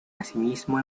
asimismo